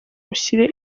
ushyira